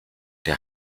der